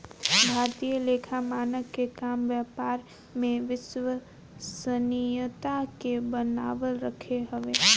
भारतीय लेखा मानक के काम व्यापार में विश्वसनीयता के बनावल रखल हवे